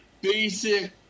basic